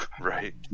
Right